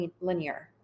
linear